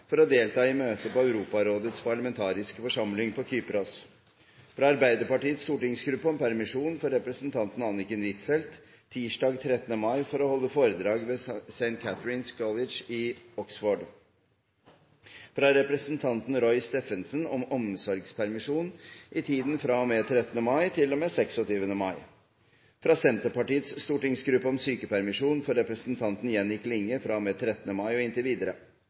for å delta i møte i Europarådets parlamentariske forsamling på Kypros fra Arbeiderpartiets stortingsgruppe om permisjon for representanten Anniken Huitfeldt tirsdag 13. mai for å holde foredrag ved St. Cathrine's College i Oxford fra representanten Roy Steffensen om omsorgspermisjon i tiden fra og med 13. mai til og med 26. mai fra Senterpartiets stortingsgruppe om sykepermisjon for representanten Jenny Klinge fra og med 13. mai og inntil videre